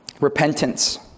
Repentance